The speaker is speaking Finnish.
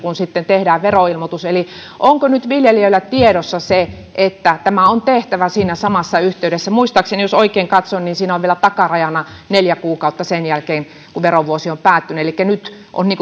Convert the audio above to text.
kun tehdään veroilmoitus eli onko nyt viljelijöillä tiedossa se että tämä on tehtävä siinä samassa yhteydessä muistaakseni jos oikein katsoin siinä on vielä takarajana neljä kuukautta sen jälkeen kun verovuosi on päättynyt elikkä nyt